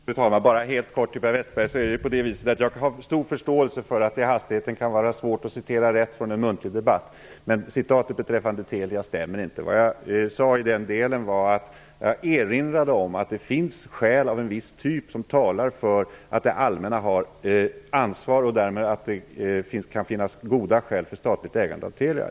Fru talman! Bara helt kort till Per Westerberg. Jag har stor förståelse för att det i hastigheten kan vara svårt att citera rätt från en muntlig debatt, men citatet beträffande Telia stämmer inte. Vad jag sade i den delen var att jag erinrade om att det finns skäl av en viss typ som talar för att det allmänna har ansvar och därmed att det kan finnas goda skäl för statligt ägande av Telia.